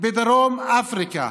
בדרום אפריקה